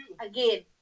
again